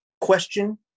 question